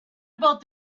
about